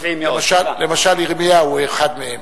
דבר טבעי מאוד, למשל ירמיהו הוא אחד מהם.